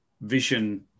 vision